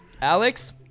Alex